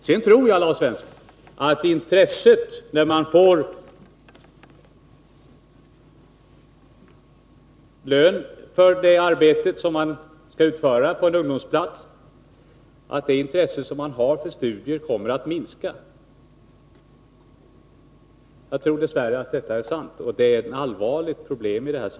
Sedan tror jag, Lars Svensson, att intresset för studier kommer att minska när man får lön för det arbete man skall utföra på en ungdomsplats. Jag tror att det dess värre förhåller sig på det viset, och det är ett allvarligt problem.